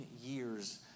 years